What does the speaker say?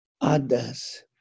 others